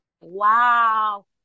wow